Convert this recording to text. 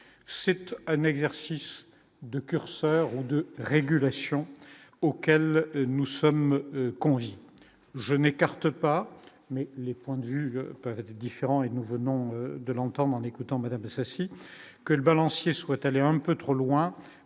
c'était un exercice de curseurs seront de régulation auquel nous sommes conviés je n'écarte pas, mais les points de vue peuvent être différents et nous venons de l'entendre en écoutant Madame que le balancier souhaite aller un peu trop loin